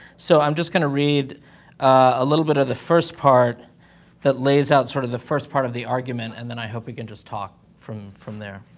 so i'm just going to read a little bit of the first part that lays out sort of the first part of the argument, and then, i hope, we can just talk from from there.